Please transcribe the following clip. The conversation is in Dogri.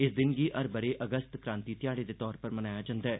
इस दिन गी हर ब'रे अगस्त क्रांति ध्याड़े दे तौर पर मनाया जंदा ऐ